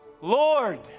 Lord